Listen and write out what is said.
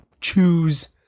choose